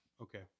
okay